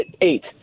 eight